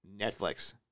Netflix